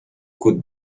could